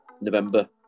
November